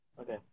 Okay